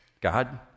God